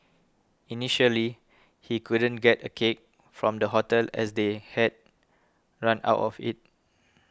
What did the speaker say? initially he couldn't get a cake from the hotel as they had run out of it